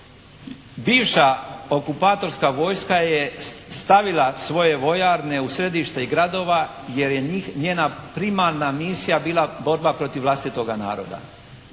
Bivša okupatorska vojska je stavila svoje vojarne u središte gradova jer je njih, njena primarna misija bila borba protiv vlastitoga naroda.